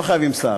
לא חייבים שר.